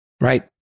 right